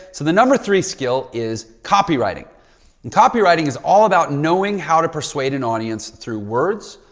so the number three skill is copywriting and copywriting is all about knowing how to persuade an audience through words,